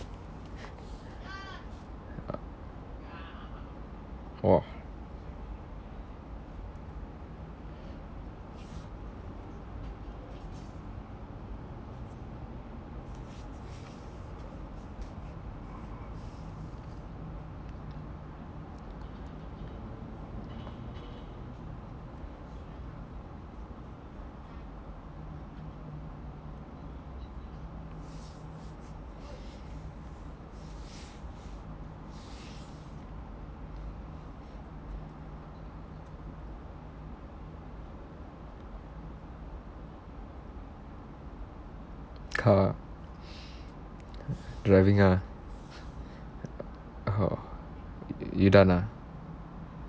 uh !wah! car driving ah oh you done ah